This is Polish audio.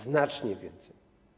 Znacznie więcej.